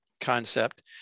concept